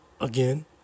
Again